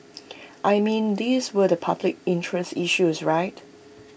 I mean these were the public interest issues right